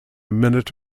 minute